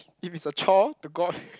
if it's a chore to go out